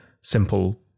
simple